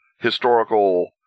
historical